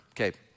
Okay